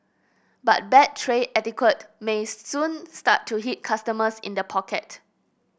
but bad tray etiquette may soon start to hit customers in the pocket